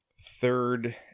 third